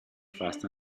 fast